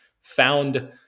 found